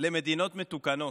למדינות מתוקנות.